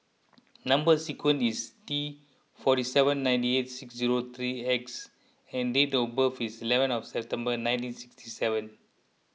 Number Sequence is T forty seven ninety eight six zero three X and date of birth is eleven of September nineteen sixty seven